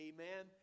Amen